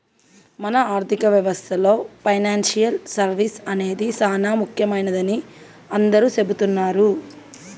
మన ఆర్థిక వ్యవస్థలో పెనాన్సియల్ సర్వీస్ అనేది సానా ముఖ్యమైనదని అందరూ సెబుతున్నారు